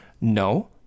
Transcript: No